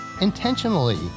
intentionally